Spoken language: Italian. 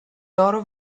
loro